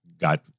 got